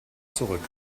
zurück